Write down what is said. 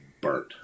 burnt